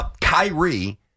Kyrie